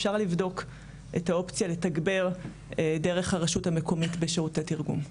אפשר לבדוק את האופציה לתגבר דרך הרשות המקומית בשירותי תרגום.